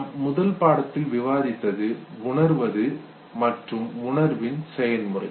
நாம் முதல் பாடத்தில் விவாதித்தது உணர்வது மற்றும் உணர்வின் செயல்முறை